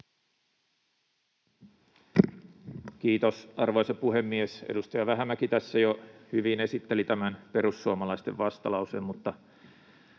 Kiitos, arvoisa puhemies! Edustaja Vähämäki tässä jo hyvin esitteli tämän perussuomalaisten vastalauseen, mutta